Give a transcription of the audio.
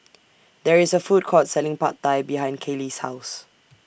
There IS A Food Court Selling Pad Thai behind Kaley's House